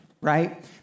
right